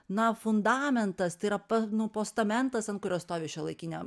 na fundamentas tai yra nu postamentas ant kurio stovi šiuolaikinė